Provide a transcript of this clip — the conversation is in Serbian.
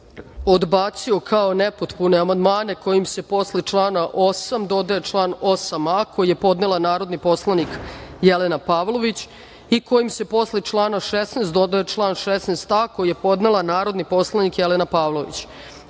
odbacio kao nepotpune amandmane kojim se posle člana 8. dodaje član 8a koji je podnela narodni poslanik Jelena Pavlović i kojim se posle člana 16. dodaje član 16a koji je podnela narodni poslanik Jelena Pavlović. Odbačeni